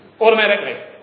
automatically